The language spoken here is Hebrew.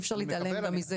אי אפשר להתעלם גם מזה.